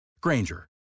Granger